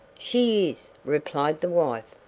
she is, replied the wife.